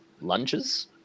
lunges